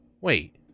Wait